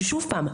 ששוב פעם,